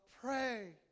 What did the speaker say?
pray